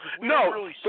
No